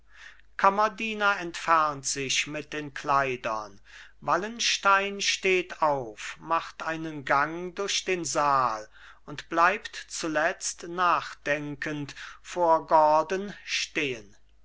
kammerdiener entfernt sich mit den kleidern wallenstein steht auf macht einen gang durch den saal und bleibt zuletzt nachdenkend vor gordon stehen